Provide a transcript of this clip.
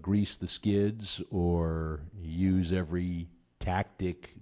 grease the skids or use every tactic